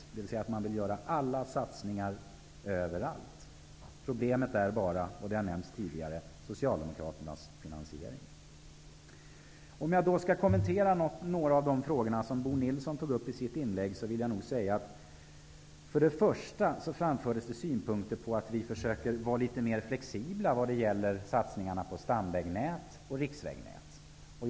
De vill göra alla satsningar överallt. Problemet är bara, vilket nämnts tidigare, Socialdemokraternas finansiering. Om jag skall kommentera några av de frågor Bo Nilsson tog upp i sitt inlägg vill jag säga följande. Det framfördes synpunker på att vi försöker vara litet mer flexibla vad gäller satsningarna på stamvägnät och riksvägnät.